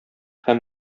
һәм